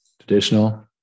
Traditional